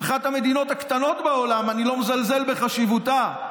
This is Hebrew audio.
אחת המדינות הקטנות בעולם אני לא מזלזל בחשיבותה,